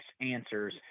answers